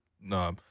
no